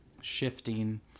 shifting